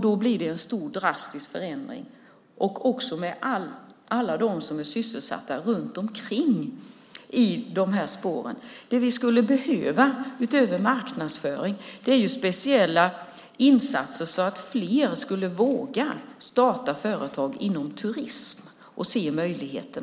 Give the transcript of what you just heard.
Det blir en drastisk förändring, också för alla som är sysselsatta runt omkring. Det vi skulle behöva, utöver marknadsföring, är speciella insatser så att fler skulle se möjligheterna och våga starta företag inom turismen.